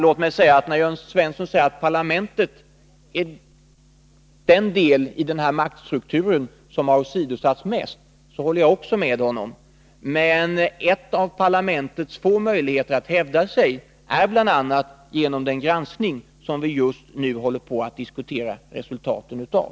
Låt mig också säga att när Jörn Svensson menar att parlamentet är den del i den här maktstrukturen som har åsidosatts mest håller jag också med honom. Men en av parlamentets få möjligheter att hävda sig är bl.a. den granskning som vi just nu diskuterar resultatet av.